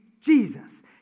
Jesus